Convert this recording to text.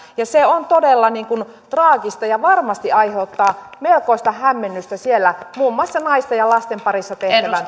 se on todella traagista ja varmasti aiheuttaa melkoista hämmennystä siellä muun muassa naisten ja lasten parissa tehtävän